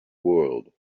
world